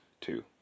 Two